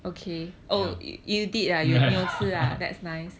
ya